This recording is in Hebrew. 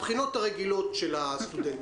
בבחינות הרגילות של הסטודנטים.